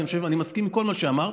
ואני מסכים לכל מה שאמרת,